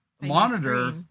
monitor